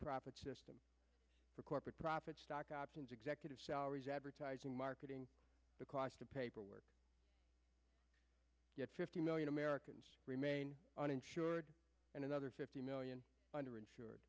profit system for corporate profit stock options executive salaries advertising marketing the cost of paperwork fifty million americans remain uninsured and another fifty million under insure